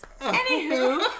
Anywho